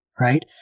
Right